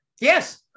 yes